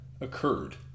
occurred